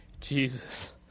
Jesus